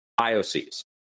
IOCs